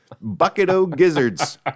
Bucket-O-Gizzards